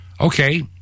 Okay